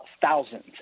thousands